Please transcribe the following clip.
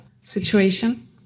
situation